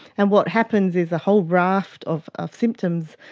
and what happens is a whole raft of of symptoms,